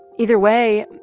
either way,